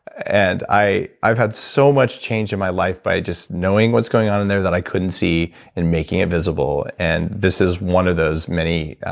and i've had so much change in my life by just knowing what's going on in there that i couldn't see and making it visible and this is one of those many,